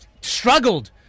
struggled